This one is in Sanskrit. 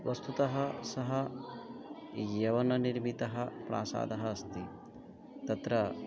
वस्तुतः सः यवननिर्मितः प्रासादः अस्ति तत्र